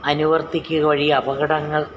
അനുവർത്തിക്കുക വഴി അപകടങ്ങൾ